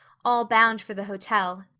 all bound for the hotel,